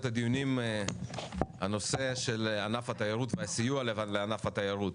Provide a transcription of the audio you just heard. הדיונים הנושא של ענף התיירות והסיוע לענף התיירות